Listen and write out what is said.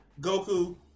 Goku